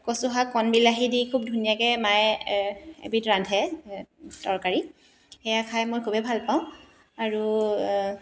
কচুশাক কণবিলাহী দি খুব ধুনীয়াকৈ মায়ে এবিধ ৰান্ধে তৰকাৰী সেয়া খাই মই খুবে ভাল পাওঁ আৰু